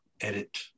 edit